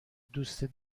دوست